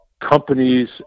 companies